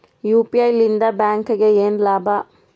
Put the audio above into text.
UPI ಲಿಂದ ಬ್ಯಾಂಕ್ಗೆ ಏನ್ ಲಾಭ?